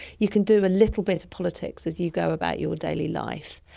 you can do a little bit of politics as you go about your daily life.